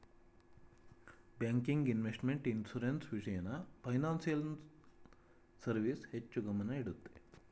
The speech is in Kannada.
ಬ್ಯಾಂಕಿಂಗ್, ಇನ್ವೆಸ್ಟ್ಮೆಂಟ್, ಇನ್ಸೂರೆನ್ಸ್, ವಿಷಯನ ಫೈನಾನ್ಸಿಯಲ್ ಸರ್ವಿಸ್ ಹೆಚ್ಚು ಗಮನ ಇಡುತ್ತೆ